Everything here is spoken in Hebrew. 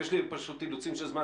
יש לי כאן אילוצים של זמן.